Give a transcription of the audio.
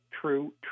True